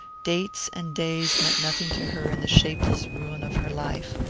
dates and days meant nothing to her in the shapeless ruin of her life.